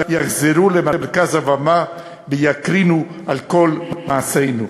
יחזרו למרכז הבמה ויקרינו על כל מעשינו.